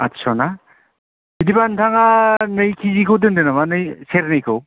आथस' ना बिदिबा नोंथाङा नै किजिखौ दोनदो नामा नै सेरनैखौ